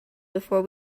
before